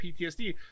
PTSD